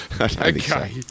Okay